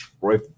right